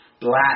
black